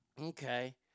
Okay